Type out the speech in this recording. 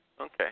okay